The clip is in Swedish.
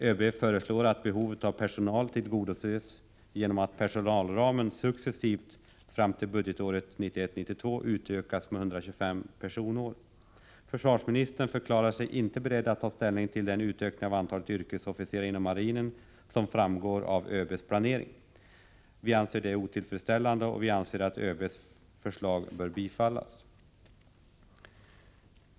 Överbefälhavaren föreslår att behovet av personal tillgodoses genom att personalramen successivt fram till budgetåret 1991/92 utökas med 125 personår. Försvarsministern förklarar sig inte beredd att ta ställning till utökningen av antalet yrkesofficerare inom marinen enligt överbefälhavarens planering. Detta anser vi otillfredsställande. Vi anser att överbefälhavarens förslag bör bifallas.